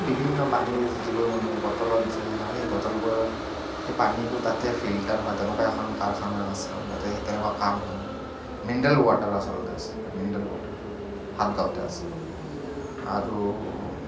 বিভিন্ন পানীৰ যিবোৰ মানে বটলত যে হয় সেই বটলবোৰ সেই পানীবোৰ তাতে ফিল্টাৰ হয় তেনেকুৱা এখন কাৰখানা মানে আছে তাতে সেই তেনেকুৱা কাম হয় মানে মিলাৰেল ৱাটাৰ আচলতে মিনাৰেল ৱাটাৰ সাতগাঁৱতে আছে আৰু